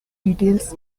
details